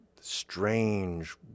strange